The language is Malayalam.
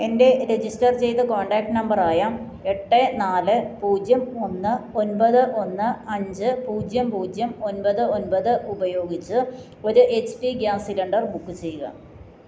എൻ്റെ രജിസ്റ്റർ ചെയ്ത കോൺടാക്റ്റ് നമ്പറ് ആയ എട്ട് നാല് പൂജ്യം ഒന്ന് ഒൻപത് ഒന്ന് അഞ്ച് പൂജ്യം പൂജ്യം ഒൻപത് ഒൻപത് ഉപയോഗിച്ച് ഒര് H P gas cylinder book ചെയ്യുക